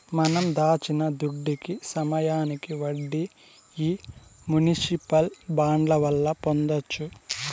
మనం దాచిన దుడ్డుకి సమయానికి వడ్డీ ఈ మునిసిపల్ బాండ్ల వల్ల పొందొచ్చు